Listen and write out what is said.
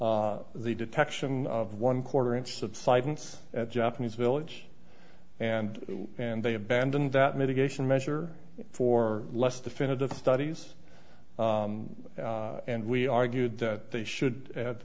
the detection of one quarter inch subsidence at japanese village and and they abandoned that mitigation measure for less definitive studies and we argued that they should